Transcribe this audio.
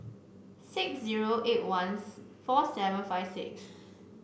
six zero eight one four seven five six